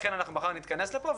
ולכן אנחנו מחר נתכנס פה,